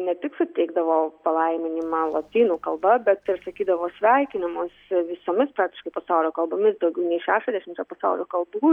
ne tik suteikdavo palaiminimą lotynų kalba bet ir sakydavo sveikinimus visomis praktiškai pasaulio kalbomis daugiau nei šešiasdešimčia pasaulio kalbų